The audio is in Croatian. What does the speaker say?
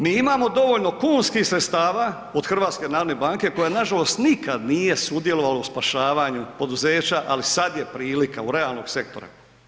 Mi imamo dovoljno kunskih sredstava od HNB-a koja nažalost nikada nije sudjelovala u spašavanju poduzeća, ali sada je prilika u realnom sektoru.